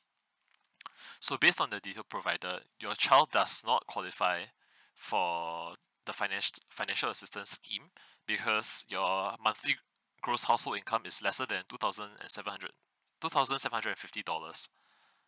so based on the detail provided your child does not qualify for the finance financial assistance scheme because your monthly gross household income is lesser than two thousand and seven hundred two thousand seven hundred and fifty dollars